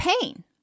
pain